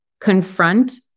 confront